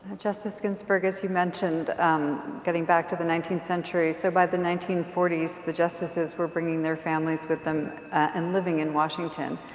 justice ginsberg, you mentioned getting back to the nineteenth century so by the nineteen forty s the justices were bringing their families with them and living in washington.